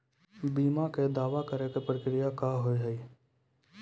बीमा के दावा करे के प्रक्रिया का हाव हई?